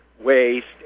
Waste